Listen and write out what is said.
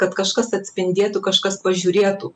kad kažkas atspindėtų kažkas pažiūrėtų